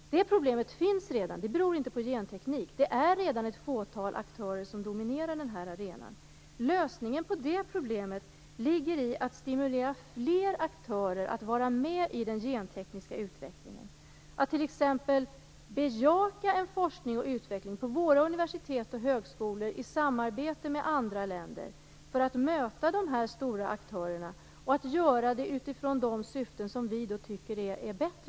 Det problemet finns redan. Det beror inte på genteknik. Det är redan ett fåtal aktörer som dominerar arenan. Lösningen på det problemet ligger i att stimulera fler aktörer att vara med i den gentekniska utvecklingen. Vi kan t.ex. bejaka en forskning och utveckling på våra universitet och högskolor i samarbete med andra länder för att möta de stora aktörerna, och göra det utifrån de syften som vi tycker är bättre.